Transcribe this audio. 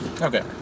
Okay